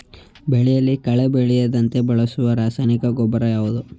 ಬೆಳೆಯಲ್ಲಿ ಕಳೆ ಬೆಳೆಯದಂತೆ ಬಳಸುವ ರಾಸಾಯನಿಕ ಗೊಬ್ಬರ ಯಾವುದು?